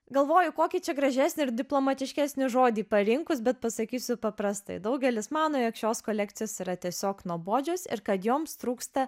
galvoju kokį čia gražesnį ir diplomatiškesnį žodį parinkus bet pasakysiu paprastai daugelis mano jog šios kolekcijos yra tiesiog nuobodžios ir kad joms trūksta